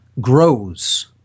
grows